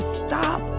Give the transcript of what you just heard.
stop